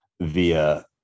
via